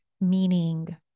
meaning